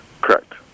Correct